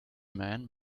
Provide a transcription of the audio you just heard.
man